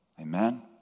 Amen